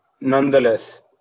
nonetheless